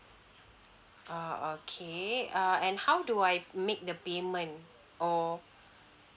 orh okay uh and how do I make the payment or